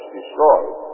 destroyed